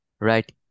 right